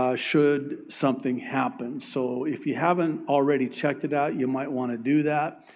ah should something happen. so if you haven't already checked it out, you might want to do that.